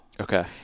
Okay